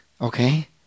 okay